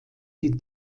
sie